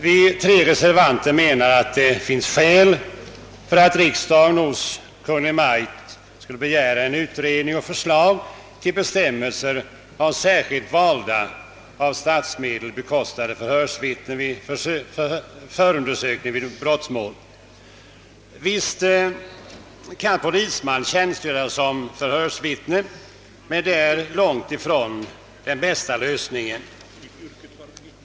Vi tre reservanter anser att det finns skäl för att riksdagen hos Kungl. Maj:t måtte begära utredning och förslag till bestämmelser om särskilt valda, av statsmedel bekostade förhörsvittnen vid förundersökning i brottmål. Visst kan polisman tjänstgöra som förhörsvittne, men det är den långt ifrån bästa lösningen.